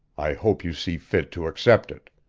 i hope you see fit to accept it.